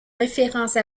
référence